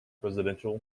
residential